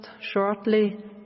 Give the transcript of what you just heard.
shortly